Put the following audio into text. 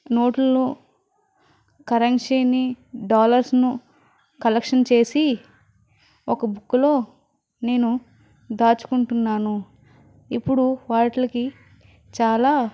note లను currency ని dollars ను కలెక్షన్ చేసి ఒక బుక్కు లో నేను దాచుకుంటున్నాను ఇప్పుడు వాటికి చాలా